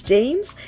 James